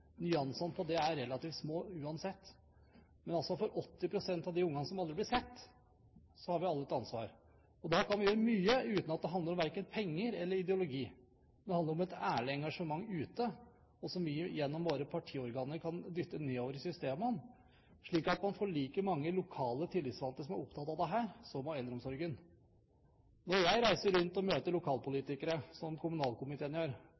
Nyansene på det er relativt små uansett. For 80 pst. av de ungene som aldri blir sett, har vi alle et ansvar. Da kan vi gjøre mye uten at det handler om verken penger eller ideologi. Det handler om et ærlig engasjement ute, som gjennom våre partiorganer kan dyttes nedover i systemene, slik at man får like mange lokalt tillitsvalgte som er opptatt av dette som av eldreomsorgen. Når jeg reiser rundt og møter lokalpolitikere, som kommunalkomiteen gjør,